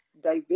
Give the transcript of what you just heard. diverse